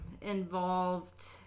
involved